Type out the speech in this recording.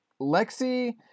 Lexi